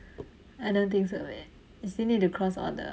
I don't think so babe you still need to cross all the